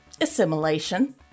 Assimilation